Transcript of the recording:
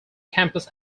campus